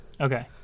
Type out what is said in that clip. Okay